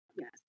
Yes